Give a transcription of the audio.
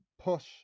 push